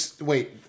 wait